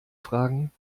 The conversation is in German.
fragen